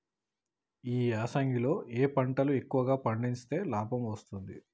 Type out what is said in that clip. ఈ యాసంగి లో ఏ పంటలు ఎక్కువగా పండిస్తే లాభం వస్తుంది?